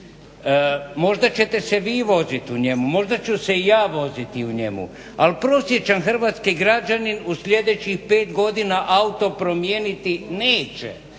Možda ćete se vi voziti u njemu, možda ću se i ja voziti u njemu ali prosječan hrvatskih građanin u sljedećih pet godina auto promijeniti neće,